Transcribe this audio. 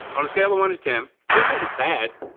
on a scale of one to ten, this isn't bad.